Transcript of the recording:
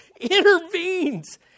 intervenes